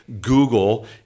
Google